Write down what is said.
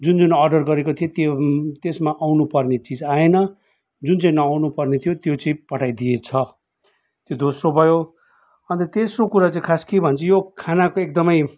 जुन जुन अर्डर गरेको थिएँ त्यो त्यसमा आउनुपर्ने चिज आएन जुन चाहिँ नआउनुपर्ने थियो त्यो चाहिँ पठाइदिएछ त्यो दोस्रो भयो अन्त तेस्रो कुरा चाहिँ खास के भन्छ यो खाना चाहिँ एकदमै